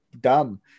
dumb